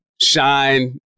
shine